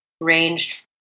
ranged